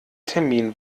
termin